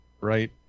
right